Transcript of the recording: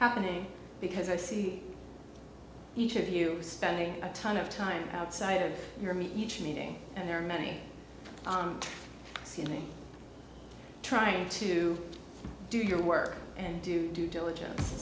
happening because i see each of you spending a ton of time outside of your me each meeting and there are many on me trying to do your work and do due diligence